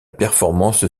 performance